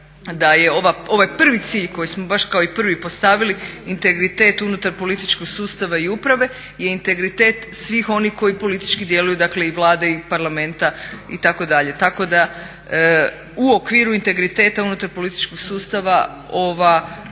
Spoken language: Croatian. da je ovaj prvi cilj koji smo baš kao i prvi postavili integritet unutar političkog sustava i uprave je integritet svih onih koji politički djeluju. Dakle i Vlade i Parlamenta itd., tako da u okviru integriteta unutar političkog sustava ova